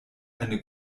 eine